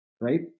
right